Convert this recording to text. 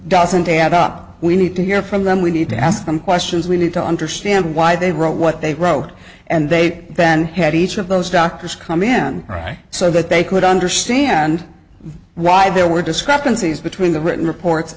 doesn't add up we need to hear from them we need to ask them questions we need to understand why they wrote what they wrote and they then had each of those doctors come in all right so that they could understand why there were discrepancies between the written reports